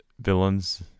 Villains